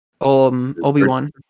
Obi-Wan